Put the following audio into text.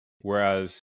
whereas